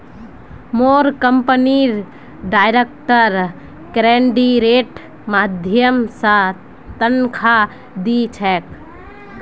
मोर company direct क्रेडिटेर माध्यम स तनख़ा दी छेक